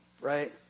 right